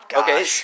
Okay